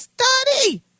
study